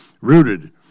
rooted